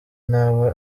ntaba